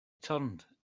turned